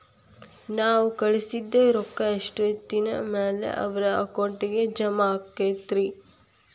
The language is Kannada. ನಾವು ಕಳಿಸಿದ್ ರೊಕ್ಕ ಎಷ್ಟೋತ್ತಿನ ಮ್ಯಾಲೆ ಅವರ ಅಕೌಂಟಗ್ ಜಮಾ ಆಕ್ಕೈತ್ರಿ?